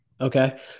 Okay